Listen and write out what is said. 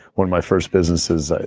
one of my first businesses,